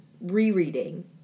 rereading